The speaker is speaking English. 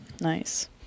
nice